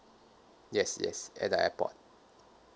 yes yes at the airport